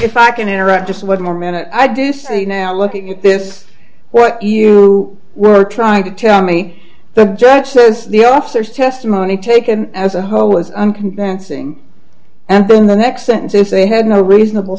if i can interrupt just one more minute i do so you now look at this what you were trying to tell me the jack shows the officers testimony taken as a whole was unconvincing and then the next sentence if they had no reasonable